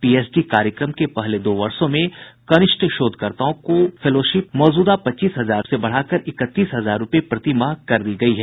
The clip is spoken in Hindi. पीएचडी कार्यक्रम के पहले दो वर्षो में कनिष्ठ शोधकर्ताओं की फेलोशिप मौजूदा पच्चीस हजार रुपये से बढ़ाकर इकतीस हजार रुपये प्रतिमाह कर दी गई है